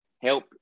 help –